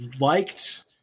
liked